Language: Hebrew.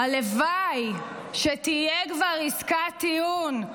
הלוואי שתהיה כבר עסקת טיעון,